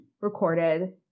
recorded